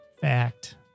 fact